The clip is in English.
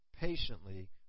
patiently